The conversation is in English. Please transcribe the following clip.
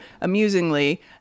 amusingly